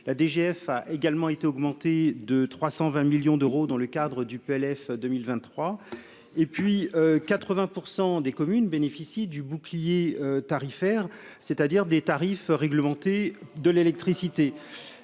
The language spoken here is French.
la DGF a également été augmentée de 320 millions d'euros dans le cadre du. Le PLF 2023 et puis 80 % des communes bénéficient du bouclier tarifaire, c'est-à-dire des tarifs réglementés de l'électricité,